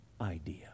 idea